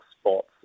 spots